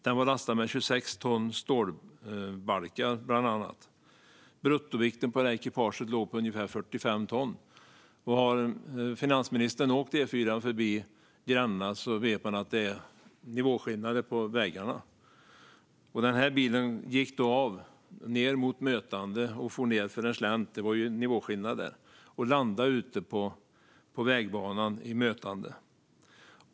Den var lastad med bland annat 26 ton stålbalkar, och bruttovikten för ekipaget låg på ungefär 45 ton. Har finansministern åkt E4:an förbi Gränna vet hon att det är nivåskillnad mellan färdriktningarna. Den här bilen gick alltså av, ned mot mötande, for nedför en slänt - det var en nivåskillnad där - och landade ute på vägbanan för mötande.